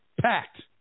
Packed